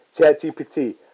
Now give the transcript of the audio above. ChatGPT